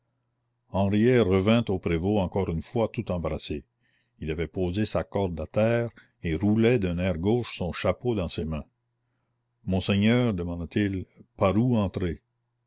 henriet revint au prévôt encore une fois tout embarrassé il avait posé sa corde à terre et roulait d'un air gauche son chapeau dans ses mains monseigneur demanda-t-il par où entrer